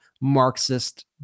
Marxist